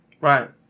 Right